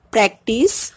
Practice